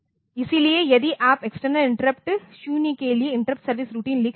इसलिए यदि आप एक्सटर्नल इंटरप्ट 0के लिए इंटरप्ट सर्विस रूटीन लिख रहे हैं